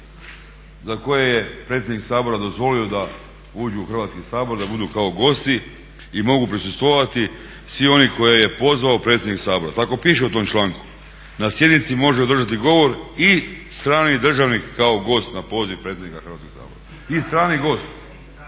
za koje je predsjednik Sabora dozvolio da uđu u Hrvatski sabor, da budu kao gosti i mogu prisustvovati, svi oni koje je pozvao predsjednik Sabora, tako piše u tom članku. Na sjednici može održati govor i strani državnik kao gost na poziv predsjednika Hrvatskoga sabora. I strani gost,